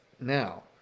now